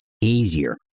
easier